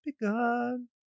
begun